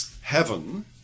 heaven